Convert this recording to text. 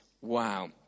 Wow